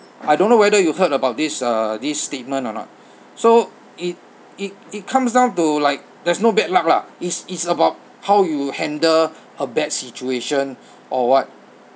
I don't know whether you heard about this uh this statement or not so it it it comes down to like there's no bad luck lah it's it's about how you handle a bad situation or [what]